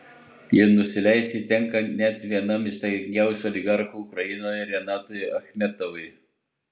ir nusileisti tenka net vienam įtakingiausių oligarchų ukrainoje renatui achmetovui